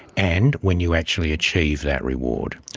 and when you actually achieved that reward.